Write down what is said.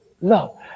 love